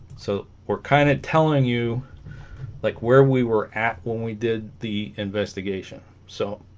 so we're kind of telling you like where we were at when we did the investigation so